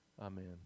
Amen